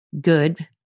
good